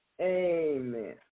Amen